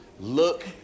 Look